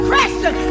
question